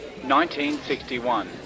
1961